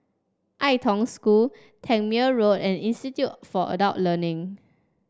Ai Tong School Tangmere Road and Institute for Adult Learning